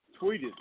tweeted